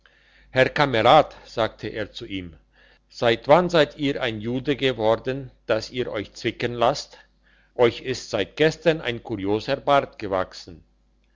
herr kamerad sagte er zu ihm seit wann seid ihr ein jude geworden dass ihr euch zwicken lasst euch ist seit gestern ein kurioser bart gewachsen